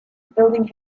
building